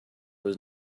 was